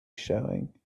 showing